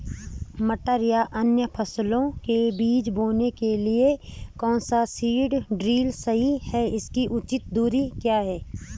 मटर या अन्य फसलों के बीज बोने के लिए कौन सा सीड ड्रील सही है इसकी उचित दूरी क्या है?